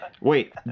wait